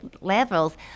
levels